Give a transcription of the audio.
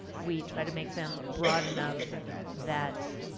we try to make them broad enough that